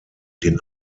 den